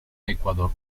ecuador